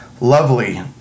lovely